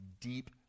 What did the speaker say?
deep